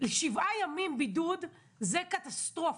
שבעה ימים בידוד זה קטסטרופה.